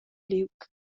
liug